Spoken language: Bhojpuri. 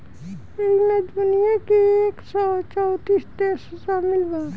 ऐइमे दुनिया के एक सौ चौतीस देश सामिल बा